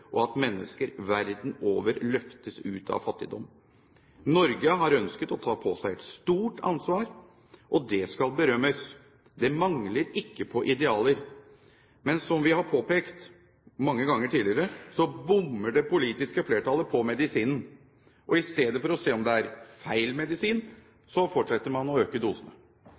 og at mennesker verden over løftes ut av fattigdom. Norge har ønsket å ta på seg et stort ansvar, og det skal berømmes. Det mangler ikke på idealer. Men som vi har påpekt mange ganger tidligere, bommer det politiske flertallet på medisinen. I stedet for å se om det er feil medisin, fortsetter man å øke